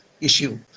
issue